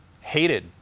hated